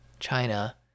China